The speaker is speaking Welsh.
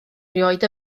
rioed